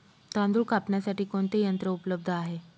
तांदूळ कापण्यासाठी कोणते यंत्र उपलब्ध आहे?